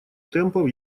темпов